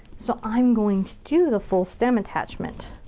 so i'm going to do the full stem attachment.